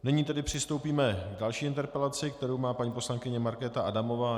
Nyní přistoupíme k další interpelaci, kterou má paní poslankyně Markéta Adamová.